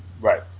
Right